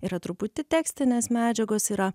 yra truputį tekstinės medžiagos yra